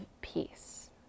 peace